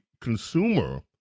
consumer